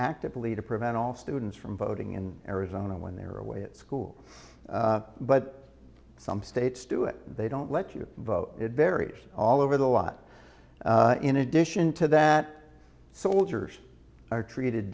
actively to prevent all students from voting in arizona when they were away at school but some states do it they don't let you vote it varies all over the lot in addition to that soldiers are treated